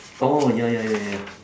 oh ya ya ya ya ya